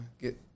get